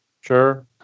Sure